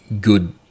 good